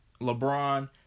LeBron